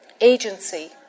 Agency